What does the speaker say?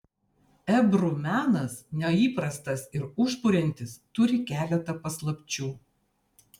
ebru menas neįprastas ir užburiantis turi keletą paslapčių